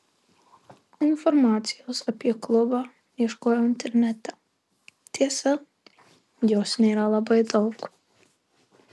informacijos apie klubą ieškojau internete tiesa jos nėra labai daug